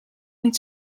niet